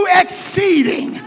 exceeding